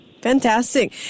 Fantastic